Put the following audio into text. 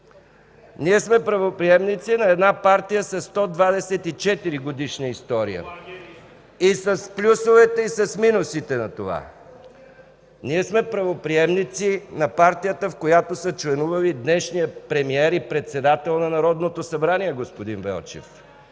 Ние сме правоприемници на една партия със 124-годишна история и с плюсовете, и с минусите на това. Ние сме правоприемници на партията, в която са членували днешният премиер и председател на Народното събрание, господин Велчев.